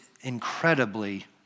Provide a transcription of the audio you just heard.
incredibly